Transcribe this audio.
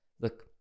Look